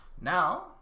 Now